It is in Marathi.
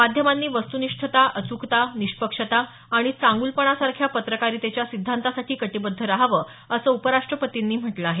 माध्यमांनी वस्तुनिष्ठता अचूकता निष्पक्षता आणि चांगुलपणासारख्या पत्रकारीतेच्या सिद्धांतासाठी कटीबद्ध राहावं असं उपराष्ट्रपतींनी म्हटलं आहे